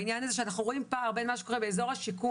בעניין הזה שאנחנו רואים פער בין מה שקורה באזור השיקום